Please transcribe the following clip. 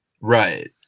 Right